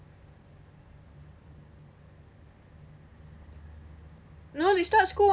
no they start school